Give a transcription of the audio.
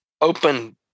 open